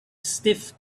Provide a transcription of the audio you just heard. stiff